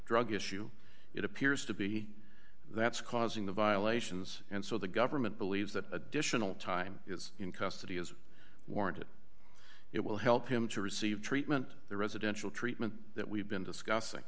drug issue it appears to be that's causing the violations and so the government believes that additional time is in custody is warranted it will help him to receive treatment the residential treatment that we've been discussing